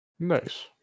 Nice